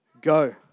go